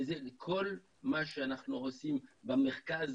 זה מה שאנחנו עושים במרכז